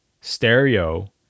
stereo